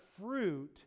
fruit